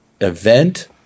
event